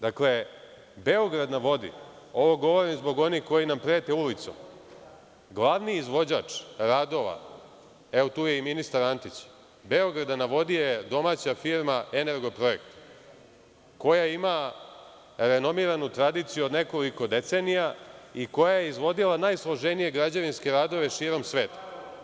Dakle, Beograd na vodi, ovo govorim zbog onih koji nam prete ulicom, glavni izvođač radova, tu je i ministar Antić, Beograda na vodi je domaća firma „Energoprojekt“, koja ima renomiranu tradiciju od nekoliko decenija i koja je izvodila najsloženije građevinske radove širom sveta.